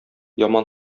яман